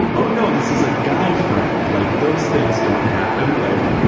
oh, no, this is a guy friend, like those things don't happen. like,